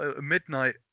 midnight